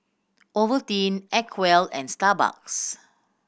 Ovaltine Acwell and Starbucks